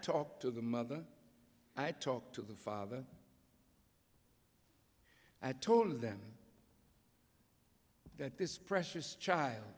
talked to the mother i talked to the father i told them that this precious child